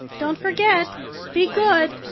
don't forget be good!